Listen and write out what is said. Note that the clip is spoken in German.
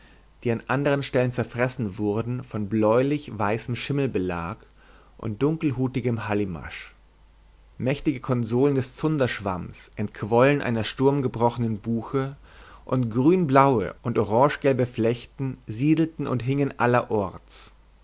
die an anderen stellen zerfressen wurden von bläulich weißem schimmelbelag und dunkelhutigem hallimasch mächtige konsolen des zunderschwamms entquollen einer sturmgebrochenen buche und grünblaue und orangegelbe flechten siedelten und hingen allerorts